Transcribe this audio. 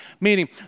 Meaning